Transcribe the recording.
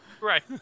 Right